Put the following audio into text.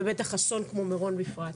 ובטח אסון כמו מירון בפרט.